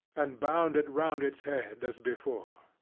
and bound it round its head, as before.